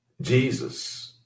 Jesus